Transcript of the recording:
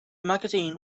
magazine